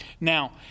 Now